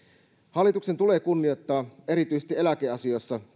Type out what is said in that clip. hallituksen tulee kunnioittaa työmarkkinaosapuolia erityisesti eläkeasioissa